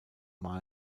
miles